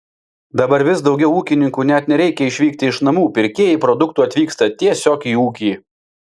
dabar vis daugiau ūkininkų net nereikia išvykti iš namų pirkėjai produktų atvyksta tiesiog į ūkį